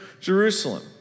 Jerusalem